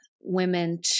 women